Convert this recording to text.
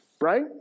right